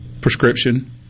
prescription